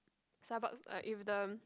Starbucks like if the